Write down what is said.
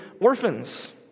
orphans